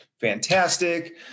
fantastic